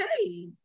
okay